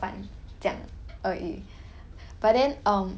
最多只是出去一家人去吃一个饭